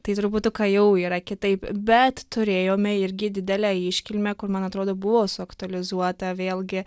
tai truputuką jau yra kitaip bet turėjome irgi didelę iškilmę kur man atrodo buvo suaktualizuota vėlgi